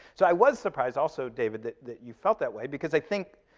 so i was surprised, also, david, that that you felt that way, because i think,